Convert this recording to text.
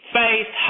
faith